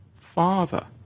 father